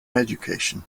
education